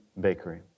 Bakery